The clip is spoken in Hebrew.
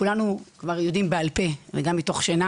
כולנו כבר יודעים בעל פה וגם מתוך שינה